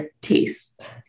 taste